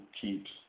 keeps